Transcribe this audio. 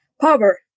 power